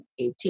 2018